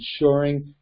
ensuring